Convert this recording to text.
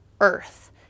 Earth